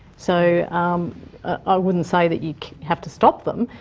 so um i wouldn't say that you have to stop them,